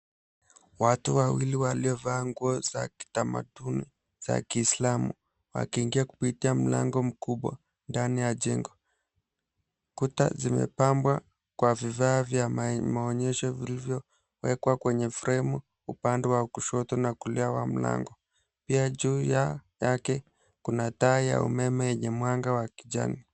Watu wawili waliovaa nguo za kitamaduni za Kiislamu wakiingia kupitia mlango mkubwa ndani ya jengo. Kuta zimepambwa kwa vifaa vya maonyesho vilivyowekwa kwenye fremu upande wa kushoto na wa kulia wa mlango. Pia juu yake kuna taa ya umeme yenye mwanga wa kijani.